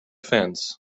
fence